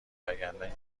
وگرنه